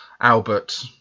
Albert